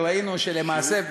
וראינו שלמעשה,